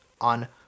on